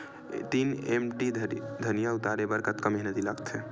तीन एम.टी धनिया उतारे बर कतका मेहनती लागथे?